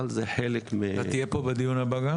אבל זה חלק מ --- אתה גם תהיה פה בדיון הבא?